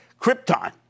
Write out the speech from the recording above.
Krypton